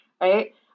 Right